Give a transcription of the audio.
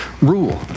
rule